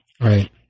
Right